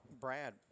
Brad